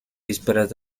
vísperas